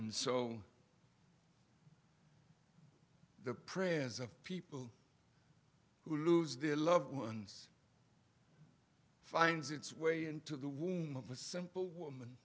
and so the prayers of people who lose their loved ones finds its way into the womb of a simple woman